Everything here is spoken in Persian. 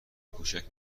کوچک